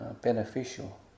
beneficial